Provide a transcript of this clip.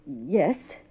Yes